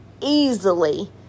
easily